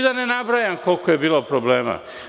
Da ne nabrajam koliko je bilo problema.